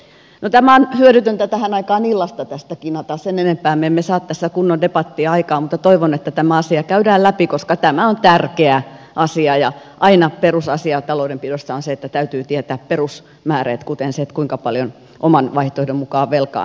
no on hyödytöntä tähän aikaan illasta tästä kinata sen enempää me emme saa tässä kunnon debattia aikaan mutta toivon että tämä asia käydään läpi koska tämä on tärkeä asia ja aina perusasia taloudenpidossa on se että täytyy tietää perusmääreet kuten se kuinka paljon oman vaihtoehdon mukaan velkaannuttaisiin